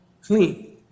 clean